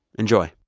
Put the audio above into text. enjoy